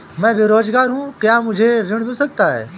मैं बेरोजगार हूँ क्या मुझे ऋण मिल सकता है?